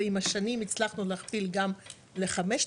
ועם השנים הצלחנו להכפיל גם ל-5000,